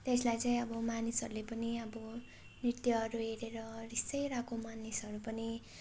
त्यसलाई चाहिँ अब मानिसहरूले पनि अब नृत्यहरू हेरेर रिसाइरहेको मानिसहरू पनि